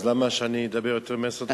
אז למה שאני אדבר יותר מעשר דקות?